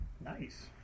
Nice